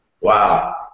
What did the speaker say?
Wow